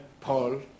Paul